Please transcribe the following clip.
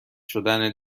شدن